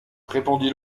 répondit